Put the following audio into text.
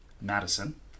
Madison